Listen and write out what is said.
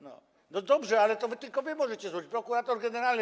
No dobrze, ale to tylko wy możecie zrobić, prokurator generalny.